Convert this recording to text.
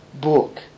book